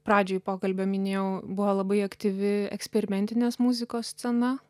pradžioj pokalbio minėjau buvo labai aktyvi eksperimentinės muzikos scena